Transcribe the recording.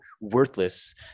worthless